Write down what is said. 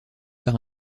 par